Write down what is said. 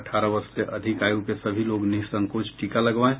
अठारह वर्ष से अधिक आयु के सभी लोग निःसंकोच टीका लगवाएं